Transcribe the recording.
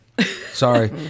sorry